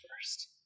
first